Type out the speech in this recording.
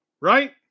Right